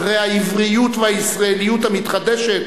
אחרי העבריות והישראליות המתחדשת,